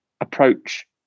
approach